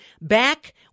Back